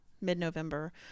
mid-November